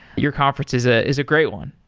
your conference is ah is a great one.